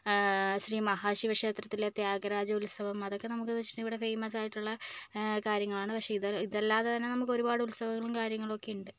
ശ്രീമഹാശിവക്ഷേത്രത്തിലെ ത്യാഗരാജ ഉത്സവം അതൊക്കെ നമുക്കെന്ന് വെച്ചിട്ടുണ്ടെങ്കിൽ ഇവിടെ ഫേമസായിട്ടുള്ള കാര്യങ്ങളാണ് പക്ഷെ ഇത് ഇതല്ലാതെ തന്നെ നമുക്ക് ഒരുപാട് ഉത്സവങ്ങളും കാര്യങ്ങളും ഒക്കെയുണ്ട്